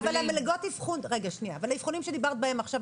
אבל האבחונים שדיברת עליהם עכשיו,